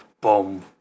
boom